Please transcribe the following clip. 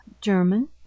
German